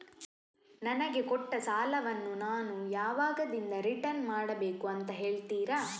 ನನಗೆ ಕೊಟ್ಟ ಸಾಲವನ್ನು ನಾನು ಯಾವಾಗದಿಂದ ರಿಟರ್ನ್ ಮಾಡಬೇಕು ಅಂತ ಹೇಳ್ತೀರಾ?